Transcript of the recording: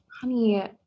honey